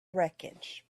wreckage